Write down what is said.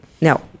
No